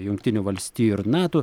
jungtinių valstijų ir nato